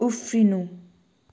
उफ्रिनु